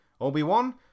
Obi-Wan